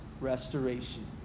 restoration